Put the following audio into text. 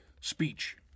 speech